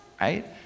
right